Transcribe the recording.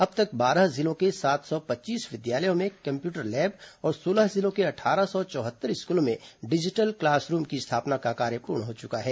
अब तक बारह जिलों के सात सौ पच्चीस विद्यालयों में कम्प्यूटर लैब और सोलह जिलों के अट्ठारह सौ चौहत्तर स्कूलों में डिजिटल क्लास रूम की स्थापना का कार्य पूर्ण हो चुका है